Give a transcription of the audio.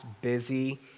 busy